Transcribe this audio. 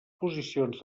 posicions